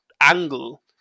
angle